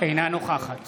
אינה נוכחת